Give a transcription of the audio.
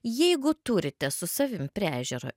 jeigu turite su savim prie ežero